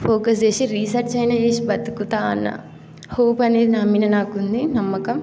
focus చేసి research అయినా చేసి బ్రతుకుతాను అన్న హోప్ అనేది నా మీద నాకు ఉంది నమ్మకం